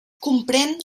comprèn